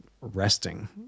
resting